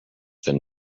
than